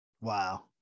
wow